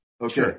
Okay